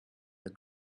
the